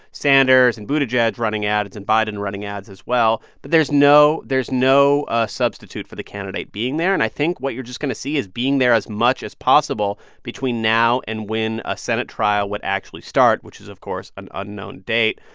sanders and buttigieg running ads and biden running ads as well. but there's no there's no ah substitute for the candidate being there. and i think what you're just going to see is being there as much as possible between now and when a senate trial would actually start, which is, of course, an unknown date.